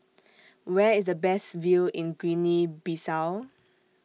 Where IS The Best View in Guinea Bissau